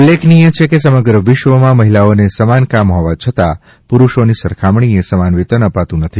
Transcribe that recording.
ઉલ્લેખનીય છે કે સમગ્ર વિશ્વમાં મહિલાઓને સમાન કામ હોવા છતાં પુરુષોની સરખામણીએ સમાન વેતન અપાતું નથી